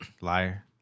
Liar